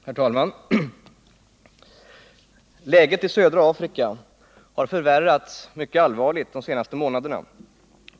Herr talman! Läget i södra Afrika har förvärrats mycket allvarligt de senaste månaderna.